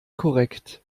korrekt